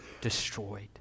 destroyed